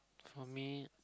for me